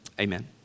amen